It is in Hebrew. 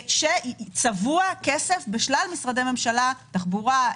צבוע כסף בשלל משרדי ממשלה תחבורה,